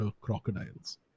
crocodiles